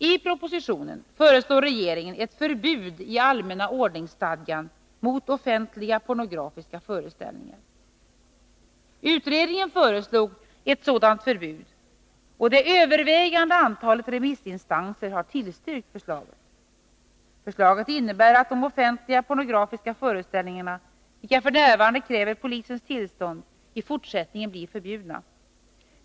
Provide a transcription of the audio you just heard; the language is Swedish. I propositionen föreslår regeringen ett förbud i allmänna ordningsstadgan mot offentliga pornografiska föreställningar. Utredningen föreslog ett sådant förbud, och det övervägande antalet remissinstanser har tillstyrkt förslaget. Förslaget innebär att de offentliga pornografiska föreställningarna, vilka f. n. kräver polisens tillstånd, i fortsättningen blir förbjudna.